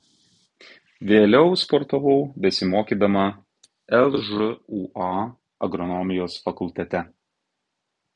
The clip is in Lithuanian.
vėliau sportavau besimokydama lžūa agronomijos fakultete